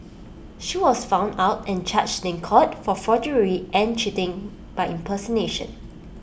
she was found out and charged in court for forgery and cheating by impersonation